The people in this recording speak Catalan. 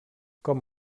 com